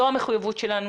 זו המחויבות שלנו,